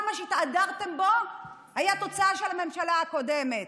כל מה שהתהדרתם בו היה תוצאה של הממשלה הקודמת.